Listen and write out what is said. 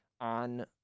on